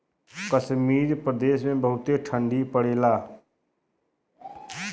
कश्मीर प्रदेस मे बहुते ठंडी पड़ेला